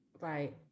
Right